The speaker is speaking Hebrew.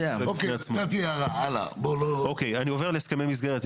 אני עובר להסכמי מסגרת.